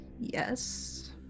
Yes